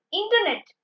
internet